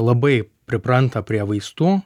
labai pripranta prie vaistų